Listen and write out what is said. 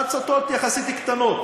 אגב, הצתות יחסית קטנות,